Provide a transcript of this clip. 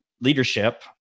Leadership